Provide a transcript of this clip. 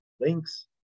links